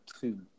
two